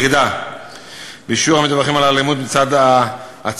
ירידה בשיעור המדווחים על אלימות מצד הצוות,